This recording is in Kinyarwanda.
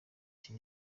icyo